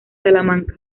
salamanca